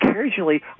occasionally